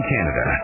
Canada